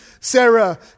Sarah